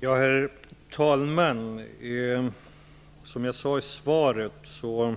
Herr talman! Som jag sade i svaret finns i dag ca